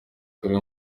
kari